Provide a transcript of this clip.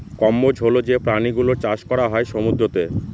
কম্বোজ হল যে প্রাণী গুলোর চাষ করা হয় সমুদ্রতে